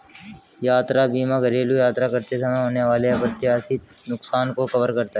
यात्रा बीमा घरेलू यात्रा करते समय होने वाले अप्रत्याशित नुकसान को कवर करता है